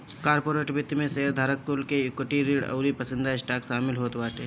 corporate वित्त में शेयरधारक कुल के इक्विटी, ऋण अउरी पसंदीदा स्टॉक शामिल होत बाटे